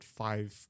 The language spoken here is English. five